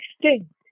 extinct